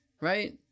right